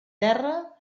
terra